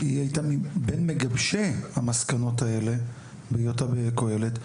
שהיא הייתה בין מגבשי המסקנות האלה בהיותה בקהלת,